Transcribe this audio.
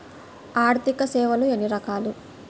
ఆర్థిక సేవలు ఎన్ని రకాలు?